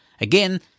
Again